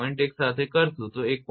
1 સાથે કરશું તો તે 1